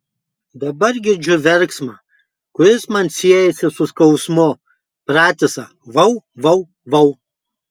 dabar girdžiu verksmą kuris man siejasi su skausmu pratisą vau vau vau